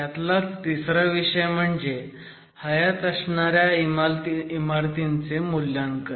त्यातलाच तिसरा विषय म्हणजे हयात असणाऱ्या इमारतींचे मूल्यांकन